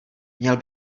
měl